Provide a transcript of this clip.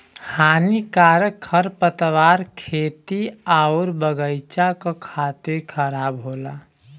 हानिकारक खरपतवार खेती आउर बगईचा क खातिर खराब होला